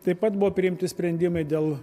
taip pat buvo priimti sprendimai dėl